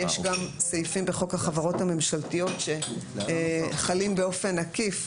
יש גם סעיפים בחוק החברות הממשלתיות שחלים באופן עקיף.